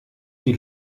die